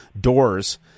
doors